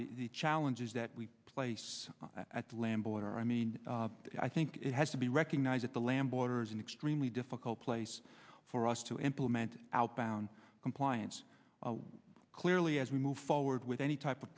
the challenges that we place at lambeau and i mean i think it has to be recognized at the land borders an extremely difficult place for us to implement outbound compliance clearly as we move forward with any type of